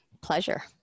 Pleasure